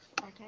Okay